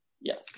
yes